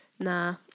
Nah